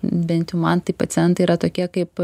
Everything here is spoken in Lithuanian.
bent jau man tai pacientai yra tokie kaip